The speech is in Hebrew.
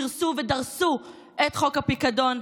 סירסו ודרסו את חוק הפיקדון,